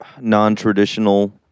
non-traditional